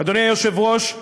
אדוני היושב-ראש,